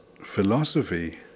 philosophy